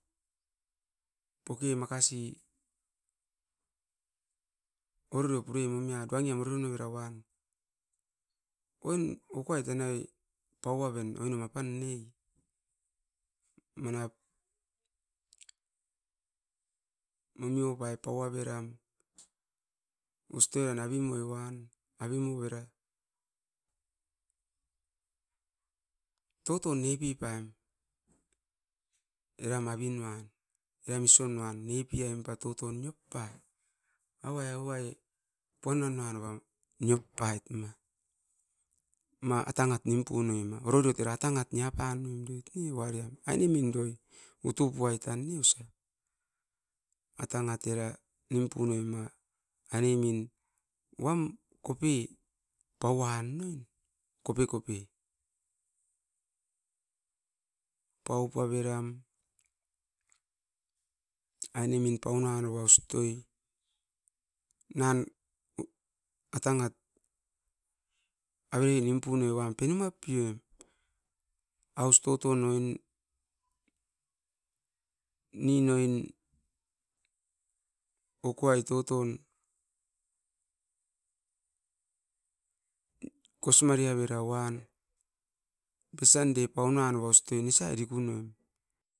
Poke makasi ororio purem noa oin ukuai tanau pau aven. Manap momio pai oiran us toiran avi mei wam, toton nepi paim. Era avinuan, eram isionuan nepiaim a toton niop pai. Auai auai puanan anoa niop pait ma, ma atangat nini punoi ma. Ororiot oirat neko atangat nia poi emit ne. Ainem min doi utu puai tan ne. Atangat era aine min uam kopi pauan, kope kope pau puaveram, aine min pauna noia ustoiran nan atangat avere nim punoip kekeoim dia penu map pioim. Aus toton oin nin oin okoai toton kosmare avera van, besan de paun nanoa nesai diku noim.